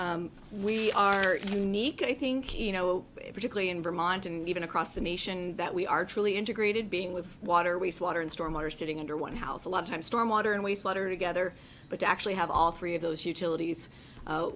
like we are unique i think you know particularly in vermont and even across the nation that we are truly integrated being with water we see water and storm water sitting under one house a lot of times storm water and wastewater together but to actually have all three of those utilities